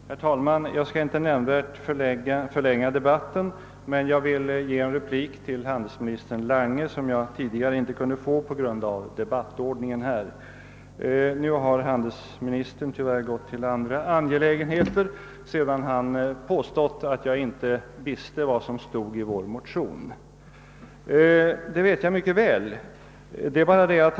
Herr talman! Jag skall inte nämnvärt förlänga debatten, men jag vill ge en replik till handelsminister Lange som jag tidigare inte kunde ge på grund av debattordningen. Nu har handelsministern tyvärr gått till andra angelägenheter sedan han påstått att jag inte visste vad som stod i våra motioner i denna fråga. Men jag vet mycket väl vad som står i motionerna.